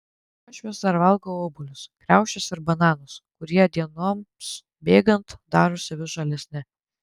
aš vis dar valgau obuolius kriaušes ir bananus kurie dienoms bėgant darosi vis žalesni